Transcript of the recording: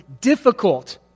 difficult